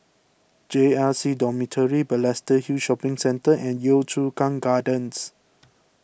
J R C Dormitory Balestier Hill Shopping Centre and Yio Chu Kang Gardens